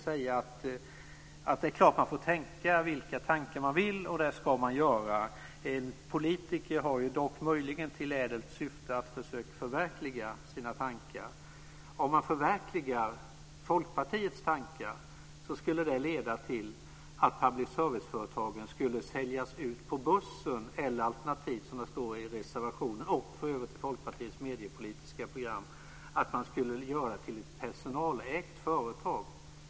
Det är klart att man får tänka vilka tankar man vill. Det ska man göra. En politiker har dock möjligen till ädelt syfte att försöka förverkliga sina tankar. Om man förverkligar Folkpartiets tankar skulle det leda till att public service-företagen skulle säljas ut på börsen eller, som det står i reservationen och för övrigt i Folkpartiets mediepolitiska program, göras till personalägda företag.